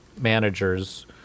managers